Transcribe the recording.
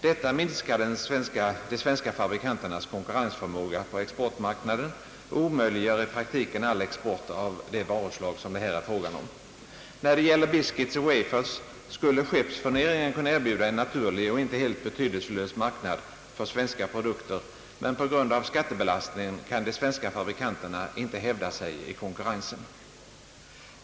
Detta minskar de svenska fabrikanternas konkurrensförmåga på exportmarknaden och omöjliggör i praktiken all export av de varuslag som det är fråga om. När det gäller biscuits och wafers skulle skeppsfurneringen kunna erbjuda en naturlig och inte helt betydelselös marknad för svenska produkter, men på grund av skattebelastningen kan de svenska fabrikanterna inte hävda sig i konkurrensen.